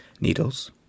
Needles